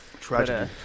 Tragedy